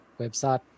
Website